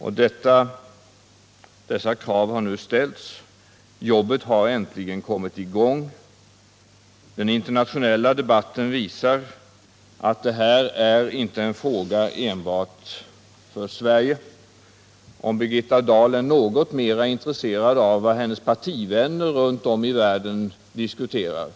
Men nu har kraven ställts och arbetet på att lösa problemen har äntligen kommit i gång. Den internationella debatten visar också att detta inte är en fråga enbart för Sverige. Om Birgitta Dahl är något mer intresserad av vad hennes partivänner runt om i världen diskuterar